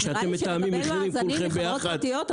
כשאתם מתאמים מחירים כולכם יחד --- לקבל מאזנים מחברות פרטיות,